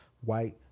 White